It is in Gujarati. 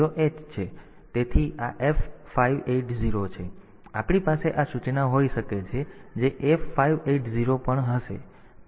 તેથી આ F580 છે તો પછી આપણી પાસે આ સૂચના હોઈ શકે છે જે F580 પણ હશે પરંતુ અહીં h નો સ્પષ્ટ ઉલ્લેખ છે